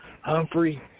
Humphrey